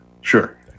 Sure